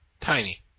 Tiny